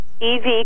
EV